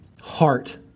heart